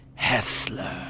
Hessler